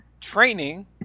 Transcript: training